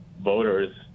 voters